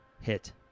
Hit